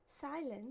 silence